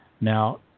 Now